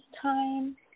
time